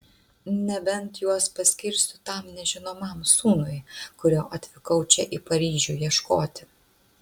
nebent juos paskirsiu tam nežinomam sūnui kurio atvykau čia į paryžių ieškoti